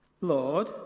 Lord